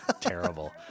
Terrible